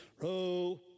row